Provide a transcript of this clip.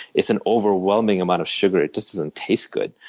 it's an overwhelming amount of sugar it just doesn't taste good.